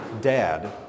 dad